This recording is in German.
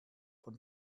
von